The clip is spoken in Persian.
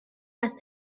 است